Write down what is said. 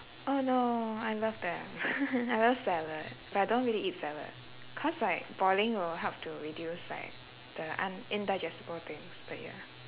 oh no I love them I love salad but I don't really eat salad cause like boiling will help to reduce like the un~ indigestible things but ya